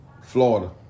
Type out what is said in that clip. Florida